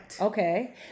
Okay